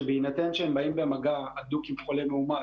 שבהינתן שהם באים במגע הדוק עם חולה מאומת,